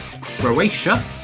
Croatia